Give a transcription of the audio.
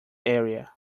area